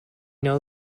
know